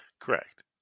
Correct